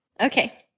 Okay